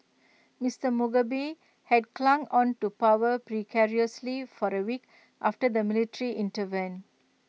Mister Mugabe had clung on to power precariously for the week after the military intervened